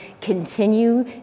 continue